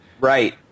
Right